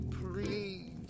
please